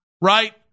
Right